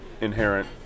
inherent